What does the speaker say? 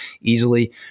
easily